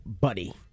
Buddy